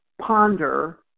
ponder